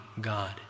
God